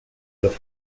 los